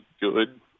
good